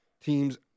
teams